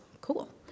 Cool